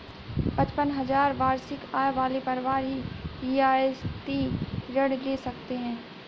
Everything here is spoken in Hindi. पचपन हजार वार्षिक आय वाले परिवार ही रियायती ऋण ले सकते हैं